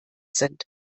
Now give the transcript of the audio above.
sind